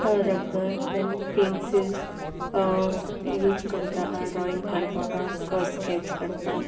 rubber धेन pencils use करतां drawing काडपाक स्केच काडपाक